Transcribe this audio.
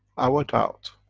i went out.